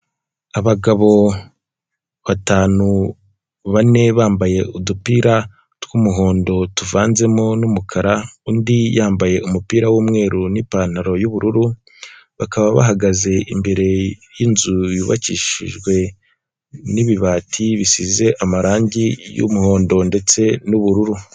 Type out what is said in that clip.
Abagabo batanu, bane bambaye udupira tw'umuhondo tuvanzemo n'umukara undi yambaye umupira w'umweru n'ipantaro y'ubururu bakaba bahagaze imbere y'inzu yubakishijwe n'ibibati bisize amarangi y'umuhondo ndetse n'ubururu.